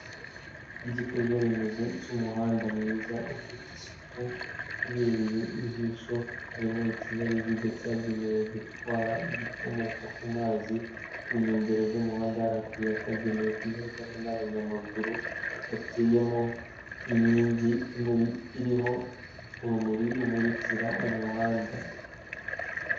Igikorwa remezo cy'umuhanda mwiza ufite isuku, ubereye ijisho harimo ikinyabiziga cyagenewe gutwara ibikomoka ku mazi, ku nkengero z'umuhanda hari akayira kagenewe kunyurwamo n'abanyamaguru, gateyemo inkingi iriho urumuri rumurikira umuhanda.